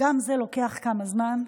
חומת מגן.